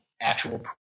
actual